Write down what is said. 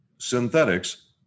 Synthetics